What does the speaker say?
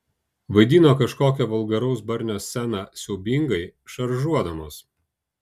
vaidino kažkokią vulgaraus barnio sceną siaubingai šaržuodamos